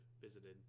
visited